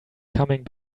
coming